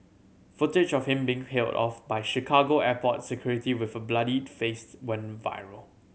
footage of him being off by Chicago airport security with a bloodied face went viral